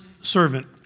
servant